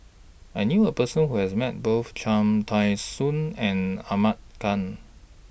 I knew A Person Who has Met Both Cham Tao Soon and Ahmad Khan